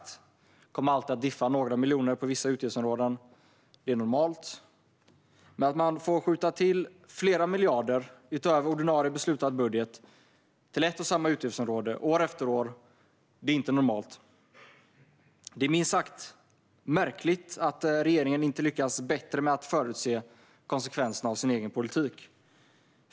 Det kommer alltid att diffa några miljoner på vissa utgiftsområden; det är normalt. Men att man får skjuta till flera miljarder utöver ordinarie beslutad budget till ett och samma utgiftsområde år efter år är inte normalt. Det är minst sagt märkligt att regeringen inte lyckas bättre med att förutse konsekvenserna av sin egen politik.